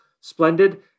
splendid